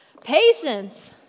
patience